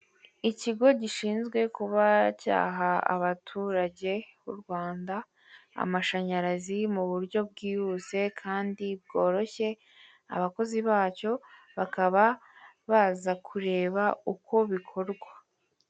Ikigo gishinzwe kuba cyaha abaturage b'u Rwanda amashanyarazi muburyo bwihuse kandi bworoshye, abakozi bacyo bakaba baza kureba uko bikorwa.